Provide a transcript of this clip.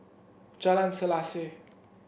Jalan Selaseh